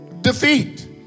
defeat